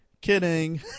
Kidding